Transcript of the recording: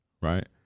right